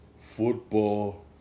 football